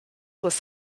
was